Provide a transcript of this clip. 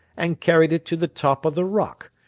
and carried it to the top of the rock,